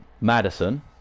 Madison